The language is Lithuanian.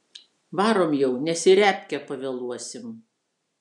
varom jau nes į repkę pavėluosim